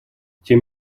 тем